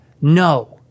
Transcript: no